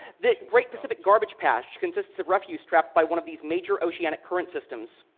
the great pacific garbage patch consists of refuse trapped by one of these major oceanic current systems.